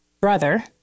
brother